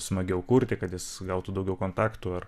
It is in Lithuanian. smagiau kurti kad jis gautų daugiau kontaktų ar